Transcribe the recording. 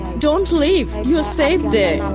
don't leave. you're safe there.